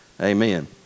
Amen